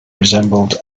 resembled